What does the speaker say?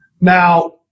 Now